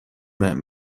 بهم